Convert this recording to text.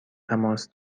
تماس